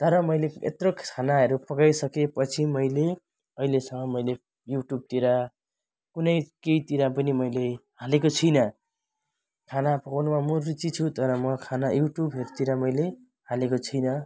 तर मैले यत्रो खानाहरू पकाइसकेपछि मैले अहिलेसम्म मैले युट्युबतिर कुनै केहीतिर पनि मैले हालेको छुइनँ खाना पकाउनुमा म रुचि छु तर म खाना युट्युबहरूतिर मैले हालेको छुइनँ